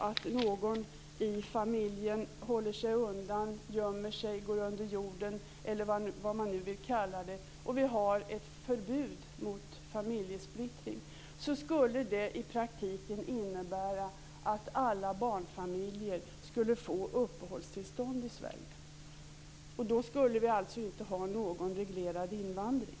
Om någon i familjen håller sig undan, gömmer sig, går under jorden, eller vad man nu vill kalla det, och vi har ett förbud mot familjesplittring skulle det i praktiken innebära att alla barnfamiljer skulle få uppehållstillstånd i Sverige. Då skulle vi alltså inte ha någon reglerad invandring.